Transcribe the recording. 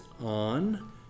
on